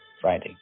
Friday